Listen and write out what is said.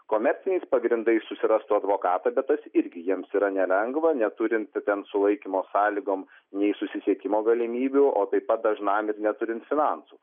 komerciniais pagrindais susirastų advokatą bet tas irgi jiems yra nelengva neturint ten sulaikymo sąlygom nei susisiekimo galimybių o taip pat dažnam ir neturint finansų